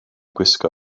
gwisgo